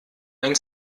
ein